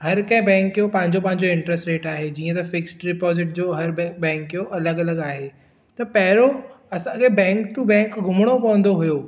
हर कंहिं बैंक जो पांजो पांजो इंट्रेस्ट रेट आहे जीअं त फिक्स डिपॉज़िट यो हर बैंक जो अलॻि अलॻि आहे त पहिरों असांखे बैंक टू बैंक घुमणो पवंदो हुओ